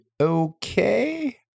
okay